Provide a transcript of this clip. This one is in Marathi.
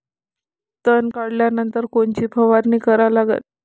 तन काढल्यानंतर कोनची फवारणी करा लागन?